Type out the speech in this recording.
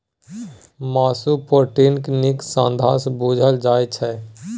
मासु प्रोटीनक नीक साधंश बुझल जाइ छै